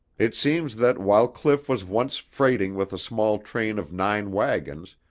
it seems that while cliff was once freighting with a small train of nine wagons,